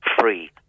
free